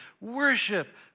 worship